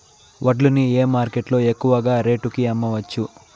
వడ్లు ని ఏ మార్కెట్ లో ఎక్కువగా రేటు కి అమ్మవచ్చు?